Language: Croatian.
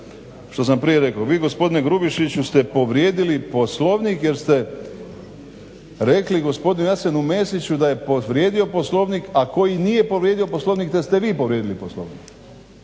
što sam prije rekao, vi gospodine Grubišiću ste povrijedili Poslovnik jer ste rekli gospodinu Jasenu Mesiću da je povrijedio Poslovnik a koji nije povrijedio Poslovnik te ste vi povrijedili Poslovnik.